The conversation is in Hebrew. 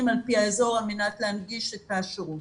על פי האזור על מנת להנגיש את השירות.